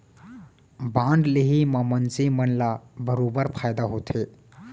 bond लेहे म मनसे मन ल बरोबर फायदा होथे